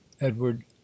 Edward